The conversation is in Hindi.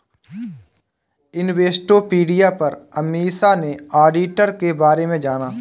इन्वेस्टोपीडिया पर अमीषा ने ऑडिटर के बारे में जाना